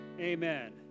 amen